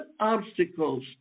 obstacles